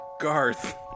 Garth